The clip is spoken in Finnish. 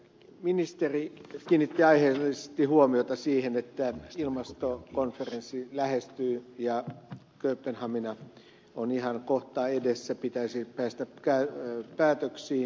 ministeri kiinnitti aiheellisesti huomiota siihen että ilmastokonferenssi lähestyy ja kööpenhamina on ihan kohta edessä pitäisi päästä päätöksiin